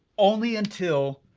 only until,